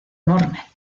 enorme